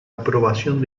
aprobación